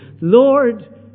Lord